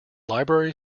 library